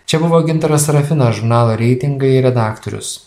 čia buvo gintaras serafinas žurnalo reitingai redaktorius